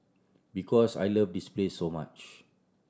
because I love this place so much